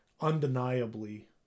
undeniably